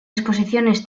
exposiciones